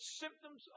symptoms